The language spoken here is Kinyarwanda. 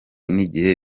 n’igihe